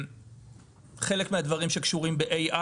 חלק מהדברים קשורים ב-AI,